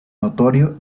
notorio